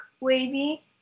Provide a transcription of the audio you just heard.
wavy